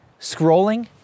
scrolling